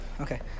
Okay